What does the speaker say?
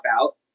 out